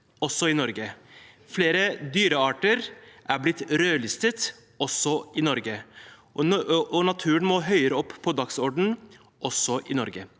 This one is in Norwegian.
også i Norge. Flere dyrearter er blitt rødlistet også i Norge, og naturen må høyere opp på dagsordenen også i Norge.